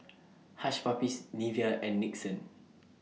Hush Puppies Nivea and Nixon